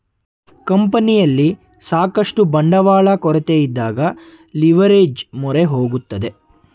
ಕಂಪನಿಯಲ್ಲಿ ಸಾಕಷ್ಟು ಬಂಡವಾಳ ಕೊರತೆಯಿದ್ದಾಗ ಲಿವರ್ಏಜ್ ಮೊರೆ ಹೋಗುತ್ತದೆ